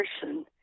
person